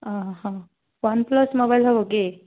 ହଁ ହଁ OnePlus mobile ହେବ କି